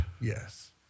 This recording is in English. Yes